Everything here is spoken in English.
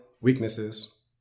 weaknesses